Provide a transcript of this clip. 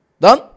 Done